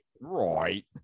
right